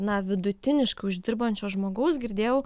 na vidutiniškai uždirbančio žmogaus girdėjau